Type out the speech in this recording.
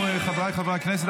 חבריי חברי הכנסת,